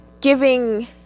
giving